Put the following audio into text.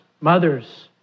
mothers